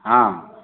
हँ